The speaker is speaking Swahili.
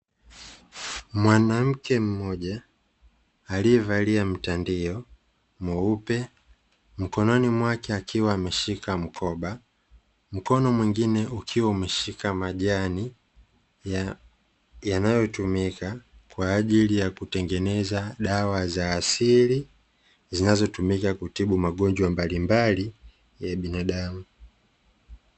Mwanamke mmoja aliyevalia mtandio mweupe, mkononi mwake akiwa ameshika mkoba. Mkono mwingine ukiwa umeshika majani, yanayotumika kwa ajili ya kutengeneza dawa za asili, zinazotumika kutibu magonjwa mbalimbali ya binadamu.